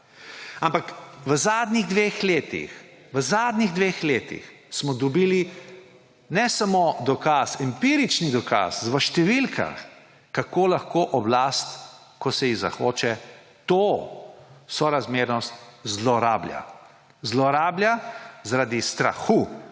Ampak v zadnjih dveh letih smo dobili ne samo dokaz, empirični dokaz v številkah, kako lahko oblast, ko se ji zahoče, to sorazmernost zlorablja. Zlorablja jo zaradi strahu